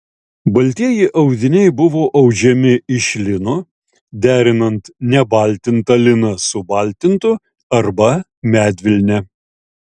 baltieji audiniai buvo audžiami iš lino derinant nebaltintą liną su baltintu arba medvilne